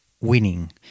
winning